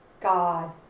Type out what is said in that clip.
God